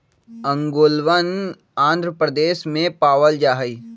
ओंगोलवन आंध्र प्रदेश में पावल जाहई